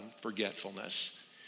forgetfulness